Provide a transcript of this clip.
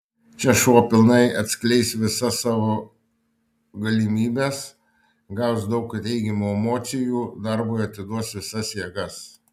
čia šuo pilnai atskleis visa savo galimybes gaus daug teigiamų emocijų darbui atiduos visas jėgas